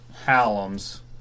Hallam's